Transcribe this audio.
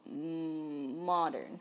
modern